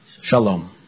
Shalom